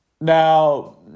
Now